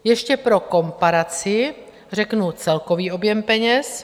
Ještě pro komparaci řeknu celkový objem peněz.